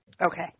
Okay